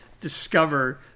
discover